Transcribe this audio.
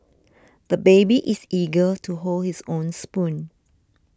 the baby is eager to hold his own spoon